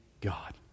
God